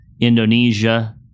Indonesia